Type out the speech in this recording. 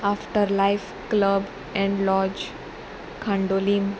after life club and lodge Candolim